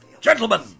Gentlemen